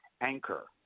anchor